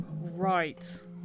right